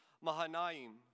Mahanaim